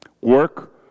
work